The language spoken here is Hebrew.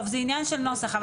זה עניין של נוסח.